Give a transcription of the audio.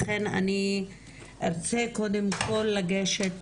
לכן אני ארצה קודם כל לגשת